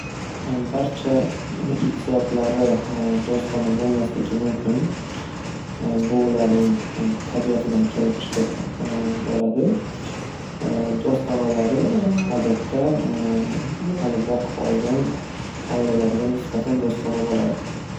Barcha it zotlari do‘stona bo‘lmasligi mumkin. Bu ularning tabiatidan kelib chiqib bo‘ladi. Do‘stonalari odatda uni boqib olgan oilalariga nisbatan do‘stona bo‘ladi.